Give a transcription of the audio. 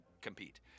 compete